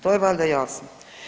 To je valjda jasno.